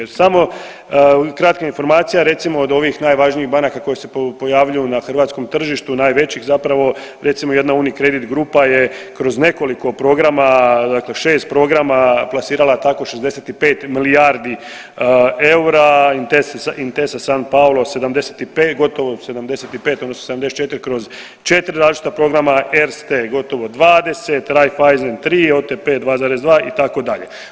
Jer samo kratka informacija, recimo od ovih najvažnijih banaka koje se pojavljuju na hrvatskom tržištu najvećih zapravo recimo jedna Unicredit grupa je kroz nekoliko programa, dakle šest programa plasirala tako 65 milijardi eura, Intesa Sanpaolo 75, gotovo 75 odnosno 74 kroz 4 različita programa, Erste gotovo 20, Raiffeisen 3, OTP 2,2 itd.